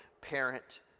parent